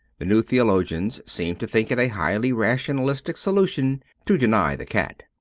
the new theologians seem to think it a highly rationalistic solution to deny the cat.